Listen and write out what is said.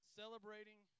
celebrating